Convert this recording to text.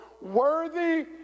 worthy